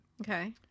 Okay